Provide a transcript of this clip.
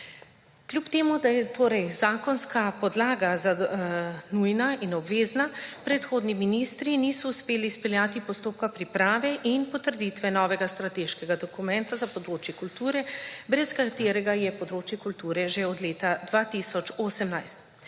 Kljub temu, da je torej zakonska podlaga nujna in obvezna, predhodni ministri niso uspeli izpeljati postopka priprave in potrditve novega strateškega dokumenta za področje kulture, brez katerega je področje kulture že od leta 2018.